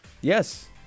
Yes